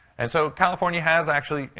and so california has actually,